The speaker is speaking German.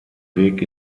weg